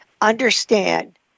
understand